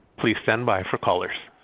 please stand by for callers.